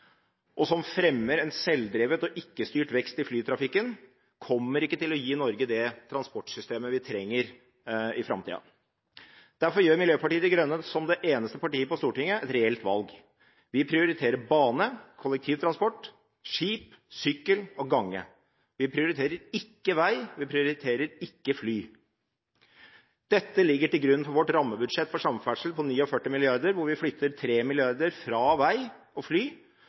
og som fremmer en selvdrevet og ikke-styrt vekst i flytrafikken, kommer ikke til å gi Norge det transportsystemet vi trenger i framtida. Derfor gjør Miljøpartiet De Grønne som det eneste partiet på Stortinget et reelt valg. Vi prioriterer bane, kollektivtransport, skip, sykkel og gange. Vi prioriterer ikke vei, vi prioriterer ikke fly. Dette ligger til grunn for vårt rammebudsjett for samferdsel på 49 mrd. kr, hvor vi flytter 3 mrd. kr fra vei og fly